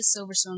Silverstone